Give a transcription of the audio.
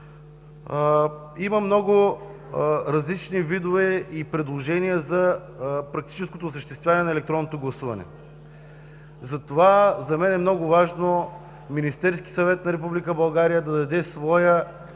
Има много различни видове и предложения за практическото осъществяване на електронното гласуване. За мен е много важно Министерският съвет на Република